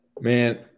Man